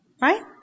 Right